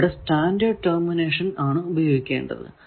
ഇവിടെ standard termination ആണ് ഉപയോഗിക്കേണ്ടത്